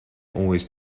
always